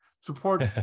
support